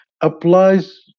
applies